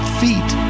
feet